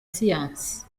siyansi